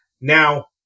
Now